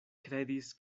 kredis